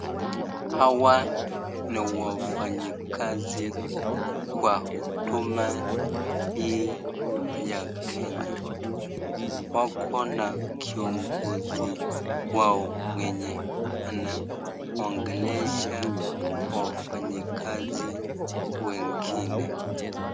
Hawa ni wafanyikazi wa huduma hii ya Kenya. Wako na kiongozi wao mwenye anaongelesha wafanyikazi wengine.